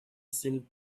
seemed